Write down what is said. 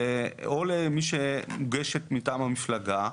או למי שמוגשת מטעם המפלגה,